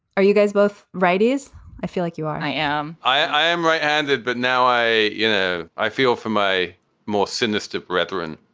are you guys both right? is i feel like you are. i am i am right. and it. but now i you know, i feel for my more sinister brethren.